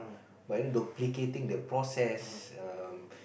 but you know duplicating the process um